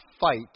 fight